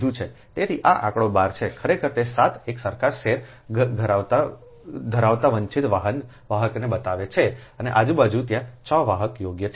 તેથી આ આંકડો 12 છે ખરેખર તે 7 એક સરખા સેર ધરાવતા વંચિત વાહકને બતાવે છે અને આજુબાજુ ત્યાં 6 વાહક યોગ્ય છે